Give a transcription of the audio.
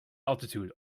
altitude